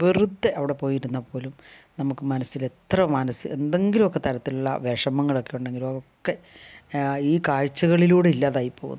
വെറുതെ അവിടെ പോയി ഇരുന്നാൽ പോലും നമ്മൾക്ക് മനസ്സിൽ എത്ര മനസ്സ് എന്തെങ്കിലുമൊക്കെ തരത്തിലുള്ള വിഷമങ്ങളൊക്കെ ഉണ്ടെങ്കിലോ ഒക്കെ ഈ കാഴ്ചകളിലൂടെ ഇല്ലാതായി പോകുന്നുള്ളതാണ്